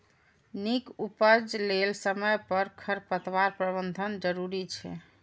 नीक उपज लेल समय पर खरपतवार प्रबंधन जरूरी छै